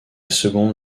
seconde